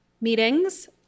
meetings